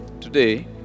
today